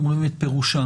אומרים את פירושם.